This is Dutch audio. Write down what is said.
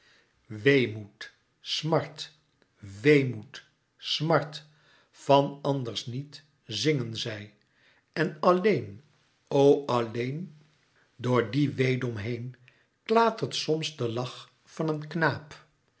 weemoed smart weemoed smart van ànders niet zingen zij en alleen o alléen door dien weedom heen klatert sms de lach van den knaap